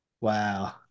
Wow